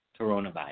coronavirus